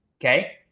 Okay